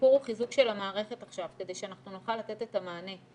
הסיפור הוא חיזוק של המערכת עכשיו כדי שאנחנו נוכל לתת את המענה,